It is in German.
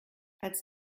als